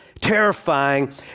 terrifying